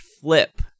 flip